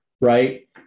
Right